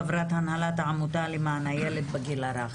חברת הנהלת העמותה למען הילד בגיל הרך.